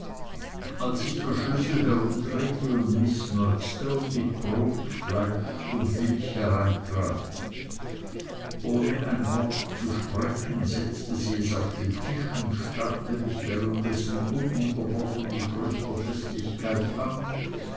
als sich der schlüssel herumdrehte und miß murdstone mit brot fleisch und milch hereintrat ohne ein wort zu sprechen setzte sie es auf den tisch und starrte mich währenddessen ununterbrochen mit größter festigkeit an